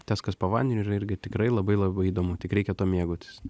tas kas po vandeniu yra irgi tikrai labai labai įdomu tik reikia tuo mėgautis